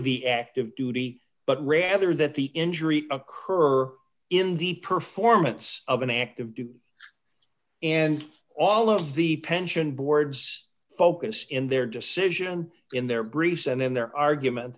the active duty but rather that the injury occur in the performance of an active duty and all of the pension boards focus in their decision in their briefs and in their argument